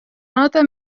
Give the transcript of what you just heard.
nota